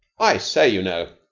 i say, you know,